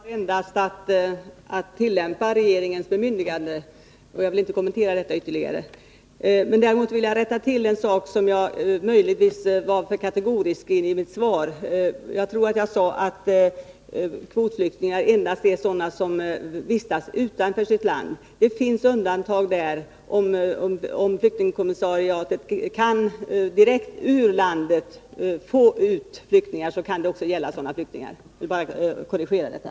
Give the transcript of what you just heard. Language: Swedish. Herr talman! Invandrarverket har endast att tillämpa regeringens bemyndigande, och jag vill inte kommentera detta ytterligare. Jag vill däremot rätta till en uppgift i mitt svar där jag möjligtvis var för kategorisk. Jag tror att jag sade att kvotflyktingar endast är sådana personer som vistas utanför sitt land. Det finns undantag här. Om flyktingkommissariatet direkt ur landet kan få ut flyktingar, kan dessa också betraktas som kvotflyktingar. Jag ville bara korrigera detta.